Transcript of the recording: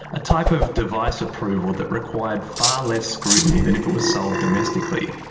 a type of device approval that required far less scrutiny than if it were sold domestically.